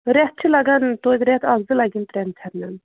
رٮ۪تھ چھِ لَگَان توتہِ رٮ۪تھ اَکھ زٕ لَگن ترٛٮ۪ن فٮ۪رنَن